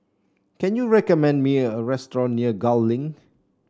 can you recommend me a restaurant near Gul Link